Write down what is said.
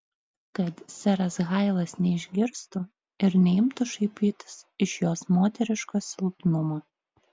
kad seras hailas neišgirstų ir neimtų šaipytis iš jos moteriško silpnumo